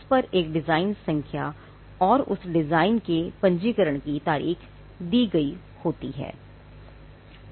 इस पर एक डिज़ाइन संख्या और उस डिज़ाइन के पंजीकरण की तारीख दी गई होती है